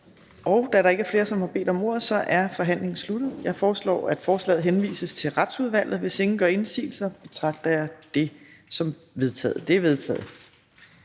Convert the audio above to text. Da der ikke er flere, som har bedt om ordet, er forhandlingen sluttet. Jeg foreslår, at forslaget henvises til Retsudvalget. Hvis ingen gør indsigelse, betragter jeg det som vedtaget.